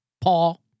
Paul